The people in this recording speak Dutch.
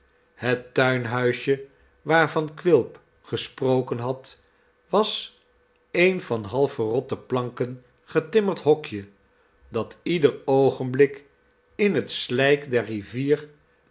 het tuinhuisje waarvan quilp gesproken had was een van half verrotte planken getimmmerd hokje dat ieder oogenblik in het slijk der rivier